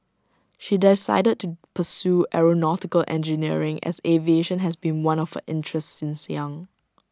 she decided to pursue aeronautical engineering as aviation has been one of interests since young